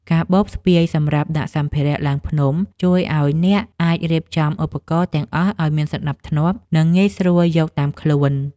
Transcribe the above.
កាបូបស្ពាយសម្រាប់ដាក់សម្ភារៈឡើងភ្នំ ជួយឱ្យអ្នកអាចរៀបចំឧបករណ៍ទាំងអស់ឱ្យមានសណ្ដាប់ធ្នាប់ និងងាយស្រួលយកតាមខ្លួន។